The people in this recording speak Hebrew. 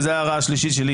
וזו ההערה השלישית שלי,